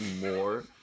more